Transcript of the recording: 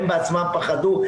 הן בעצמן פחדו,